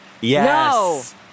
Yes